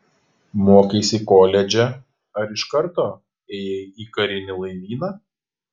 mokeisi koledže ar iš karto ėjai į karinį laivyną